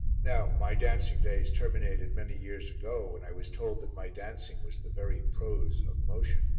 now my dancing days terminated many years ago when i was told that my dancing was the very prose of motion,